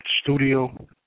studio